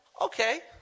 okay